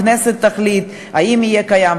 הכנסת תחליט אם יהיה קיים,